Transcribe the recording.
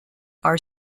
are